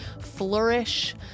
flourish